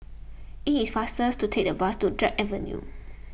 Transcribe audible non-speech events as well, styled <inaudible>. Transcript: it is faster <noise> to take the bus to Drake Avenue